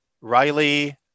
Riley